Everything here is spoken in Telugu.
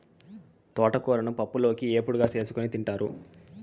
తోటకూరను పప్పులోకి, ఏపుడుగా చేసుకోని తింటారు